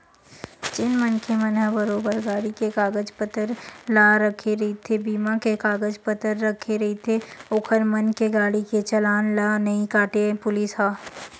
जेन मनखे मन ह बरोबर गाड़ी के कागज पतर ला रखे रहिथे बीमा के कागज पतर रखे रहिथे ओखर मन के गाड़ी के चलान ला नइ काटय पुलिस ह